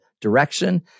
direction